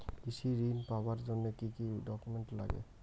কৃষি ঋণ পাবার জন্যে কি কি ডকুমেন্ট নাগে?